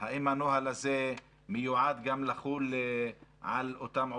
האם הנוהל הזה מיועד לחול גם על אותם עובדים?